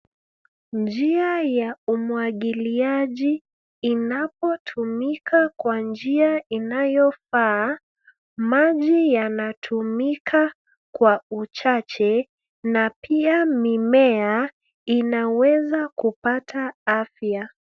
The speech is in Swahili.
Njia ya umwagiliaji inapotumika kwa njia inayofaa, maji yanatumika kwa uchache na pia mimea inaweza kupata afya.